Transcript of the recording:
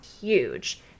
huge